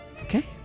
Okay